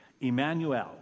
Emmanuel